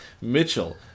Mitchell